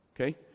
Okay